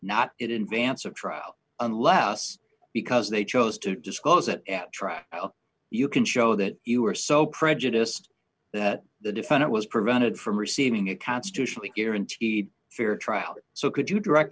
not it in vance or trial unless because they chose to disclose it at trial you can show that you are so prejudiced that the defendant was prevented from receiving a constitutionally guaranteed fair trial so could you direct